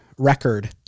record